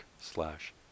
slash